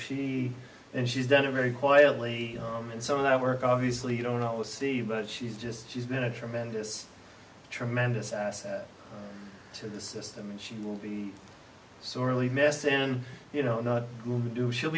she and she's done a very quietly and some of that work obviously you don't always see but she's just she's been a tremendous tremendous asset to the system and she will be sorely missed and you know not only do she'll